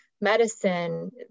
medicine